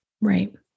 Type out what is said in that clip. Right